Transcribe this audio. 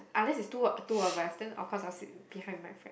unless it's two two of us then of course I'll sit behind with my friend